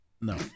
No